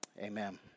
amen